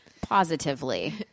positively